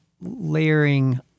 layering